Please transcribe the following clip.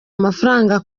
amafaranga